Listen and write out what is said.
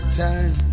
time